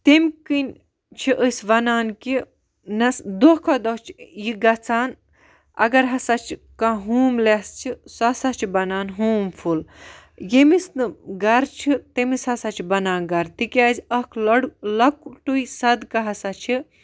تمہِ کِنۍ چھِ أسۍ وَنان کہِ نا دۄہ کھۄتہٕ دۄہ چھِ یہِ گَژھان اگر ہَسا چھُ کانٛہہ ہوم لیٚس چھُ سُہ ہَسا چھُ بَنان ہوم فُل ییٚمِس نہٕ گَرٕ چھِ تٔمِس ہَسا چھِ بَنان گَرٕ تہِ کیازِ اَکھ لۄڑ لۄکٹٕے صدقہٕ ہَسا چھِ